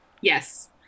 Yes